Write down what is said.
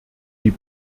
die